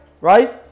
right